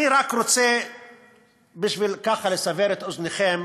אני רק רוצה לסבר את אוזניכם